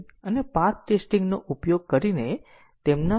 તેથી તે લીનીયર રીતે ઈન્ડીપેન્ડન્ટ માર્ગોની વ્યાખ્યા છે